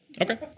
Okay